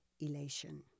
Elation